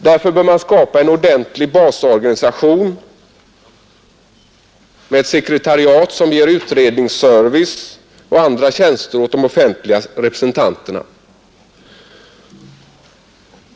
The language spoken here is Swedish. Därför bör man skapa en ordentlig basorganisation med ett sekretariat som ger utredningsservice och andra tjänster åt de offentliga representanterna.